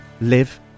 live